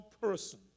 person